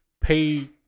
pay